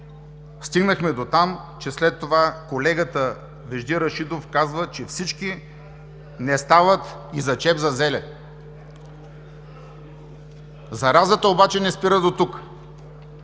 стигнахме дотам, че след това колегата Вежди Рашидов каза, че всички не стават и за чеп за зеле. Заразата обаче не спира дотук.